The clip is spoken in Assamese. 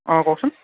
অঁ কওকচোন